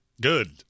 good